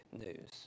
news